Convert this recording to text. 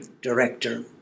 director